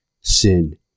sin